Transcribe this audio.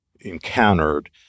encountered